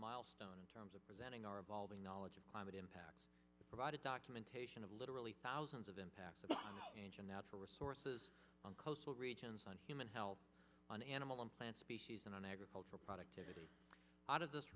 milestone in terms of presenting our evolving knowledge of climate impacts provided documentation of literally thousands of impacts of natural resources on coastal regions on human health on animal and plant species and on agricultural productivity out of this